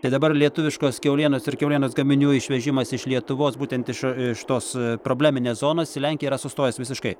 tai dabar lietuviškos kiaulienos ir kiaulienos gaminių išvežimas iš lietuvos būtent iš iš tos probleminės zonos į lenkiją yra sustojęs visiškai